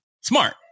smart